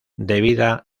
debida